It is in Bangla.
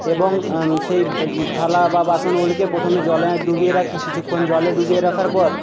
এবং সেই থালা বা বাসনগুলিকে প্রথমে জলে ডুবিয়ে রাখি কিছুক্ষণ জলে ডুবিয়ে রাখার পর